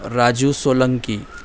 Raju Solanki